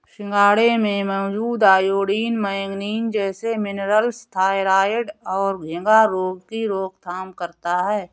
सिंघाड़े में मौजूद आयोडीन, मैग्नीज जैसे मिनरल्स थायरॉइड और घेंघा रोग की रोकथाम करता है